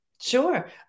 sure